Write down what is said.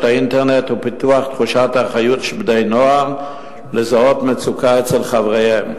האינטרנט ופיתוח תחושת האחריות של בני נוער לזהות מצוקה אצל חבריהם,